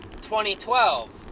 2012